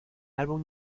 álbum